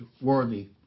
worthy